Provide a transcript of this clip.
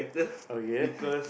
okay